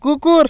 কুকুর